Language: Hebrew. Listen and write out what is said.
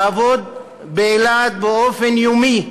לעבוד באילת באופן יומי.